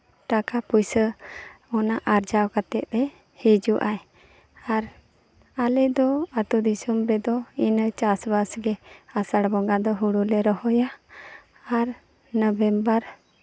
ᱴᱟᱠᱟ ᱯᱚᱭᱥᱟ ᱚᱱᱟ ᱟᱨᱡᱟᱣ ᱠᱟᱛᱮᱫ ᱮ ᱦᱤᱡᱩᱜ ᱟᱭ ᱟᱨ ᱟᱞᱮ ᱫᱚ ᱟᱹᱛᱩ ᱫᱤᱥᱚᱢ ᱨᱮᱫᱚ ᱤᱱᱟ ᱪᱟᱥᱵᱟᱥ ᱜᱮ ᱟᱥᱟᱲ ᱵᱚᱸᱜᱟ ᱫᱚ ᱦᱩᱲᱩ ᱞᱮ ᱨᱚᱦᱚᱭᱟ ᱟᱨ ᱱᱚᱵᱷᱮᱢᱵᱚᱨ